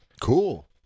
cool